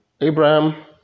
Abraham